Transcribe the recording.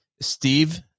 Steve